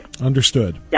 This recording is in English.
Understood